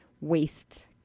waste